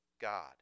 God